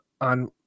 on